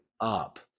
up